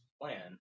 plan